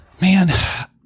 man